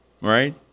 right